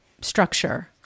structure